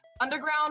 underground